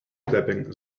clapping